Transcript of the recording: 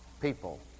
people